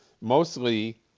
mostly